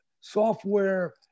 software